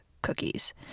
Cookies